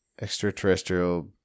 Extraterrestrial